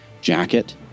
jacket